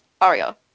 Aria